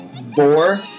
Boar